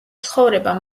ცხოვრება